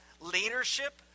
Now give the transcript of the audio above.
leadership